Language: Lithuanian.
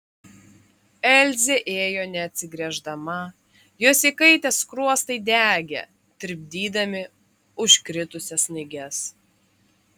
elzė ėjo neatsigręždama jos įkaitę skruostai degė tirpdydami užkritusias snaiges